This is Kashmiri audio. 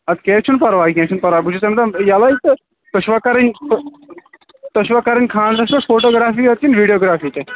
ادٕ کیٚنٛہہ چھُنہٕ پَرواے کیٚنٛہہ چھُنہٕ پَرٕواے بہٕ چھُس تمہِ ساتہٕ یلے تہٕ تُہۍ چھُوا کَرٕنۍ تُہۍ چھُو کَرٕنۍ خانٛدرس پیٚٹھ فوٹوٗگرٛافی یوت کِنہٕ ویٖڈیوگرٛافی تہِ